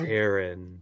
Aaron